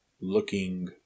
looking